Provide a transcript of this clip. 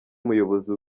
muyobozi